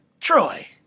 Troy